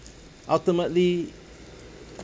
ultimately